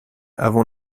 avant